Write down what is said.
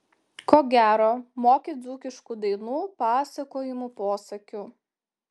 ko gero moki dzūkiškų dainų pasakojimų posakių